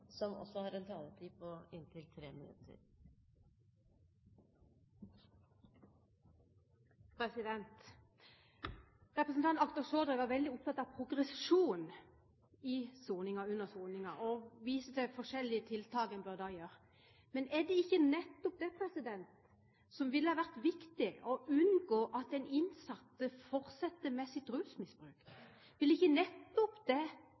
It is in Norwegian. Representanten Akhtar Chaudhry var veldig opptatt av progresjonen under soningen, og viste til forskjellige tiltak man da burde gjøre. Men er det ikke nettopp det som ville ha vært viktig, å unngå at den innsatte fortsetter med sitt rusmisbruk? Ville ikke nettopp det